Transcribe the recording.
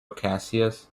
cassius